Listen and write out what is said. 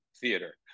theater